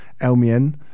Elmian